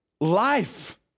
life